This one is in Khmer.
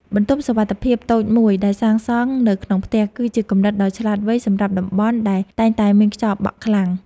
បន្ទប់សុវត្ថិភាពតូចមួយដែលសាងសង់នៅក្នុងផ្ទះ គឺជាគំនិតដ៏ឆ្លាតវៃសម្រាប់តំបន់ដែលតែងតែមានខ្យល់បក់ខ្លាំង។